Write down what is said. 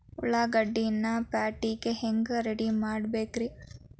ಉಳ್ಳಾಗಡ್ಡಿನ ಪ್ಯಾಟಿಗೆ ಹ್ಯಾಂಗ ರೆಡಿಮಾಡಬೇಕ್ರೇ?